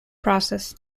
process